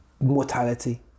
Mortality